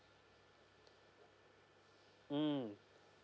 mm